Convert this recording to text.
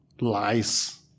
lies